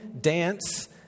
dance